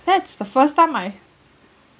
that's the first time I